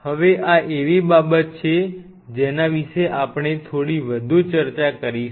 હવે આ એવી બાબત છે જેના વિશે આપણે થોડી વધુ ચર્ચા કરીશું